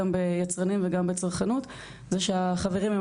גם ביצרנים וגם בצרכנות זה שהחברים הם